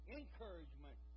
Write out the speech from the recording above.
encouragement